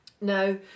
Now